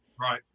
Right